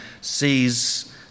sees